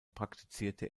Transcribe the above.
praktizierte